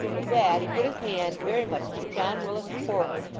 with that, he put his hand, very much to john willet's horror,